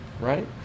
right